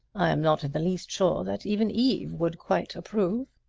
i am not in the least sure that even eve would quite approve.